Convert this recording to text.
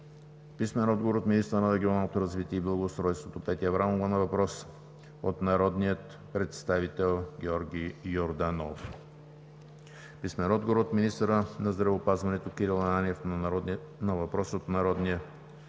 Петров; - министъра на регионалното развитие и благоустройството Петя Аврамова на въпрос от народния представител Георги Йорданов; - министъра на здравеопазването Кирил Ананиев на въпрос от народния